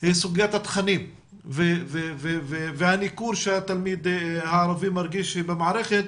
סוגיית התכנים והניכור שהתלמיד הערבי מרגיש במערכת.